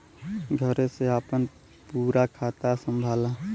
घरे से आपन पूरा खाता संभाला